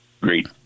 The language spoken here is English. great